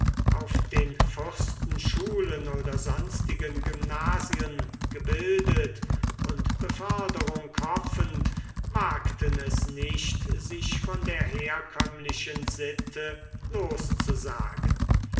auf den fürstenschulen oder sonstigen gymnasien gebildet und beförderung hoffend wagten es nicht sich von der herkömmlichen sitte loszusagen